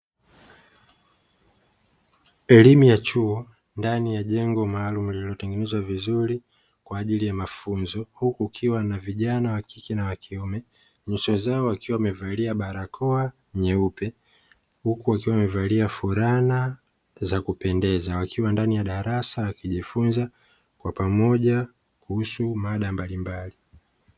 Elimu ya chuo ndani ya jengo maalumu lililotengenezwa vizuri kwa ajili ya mafunzo, huku kukiwa na vijana wa kike na wa kiume nyuso zao wakiwa wamevalia barakoa nyeupe; huku wakiwa wamevalia fulana za kupendeza wakiwa ndani ya darasa wakijifunza kwa pamoja kuhusu mada mbalimbali.